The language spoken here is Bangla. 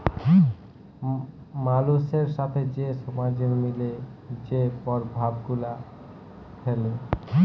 মালুসের সাথে যে সমাজের মিলে যে পরভাব গুলা ফ্যালে